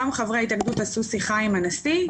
גם חברי ההתאגדות עשו שיחה עם הנשיא,